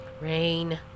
rain